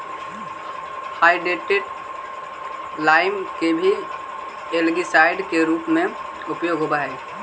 hydrated lime के भी algicide के रूप में उपयोग होव हई